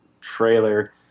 trailer